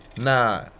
nah